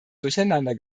durcheinander